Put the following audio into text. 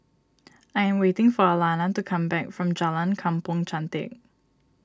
I am waiting for Alana to come back from Jalan Kampong Chantek